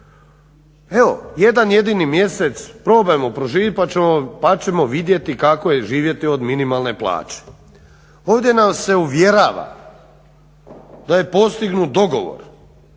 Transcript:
Evo jedan jedini mjesec probajmo proživjet pa ćemo vidjeti kako je živjeti od minimalne plaće. Ovdje nas se uvjerava da je postignut dogovor